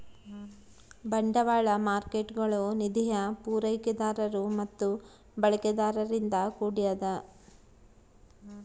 ಬಂಡವಾಳ ಮಾರ್ಕೇಟ್ಗುಳು ನಿಧಿಯ ಪೂರೈಕೆದಾರರು ಮತ್ತು ಬಳಕೆದಾರರಿಂದ ಕೂಡ್ಯದ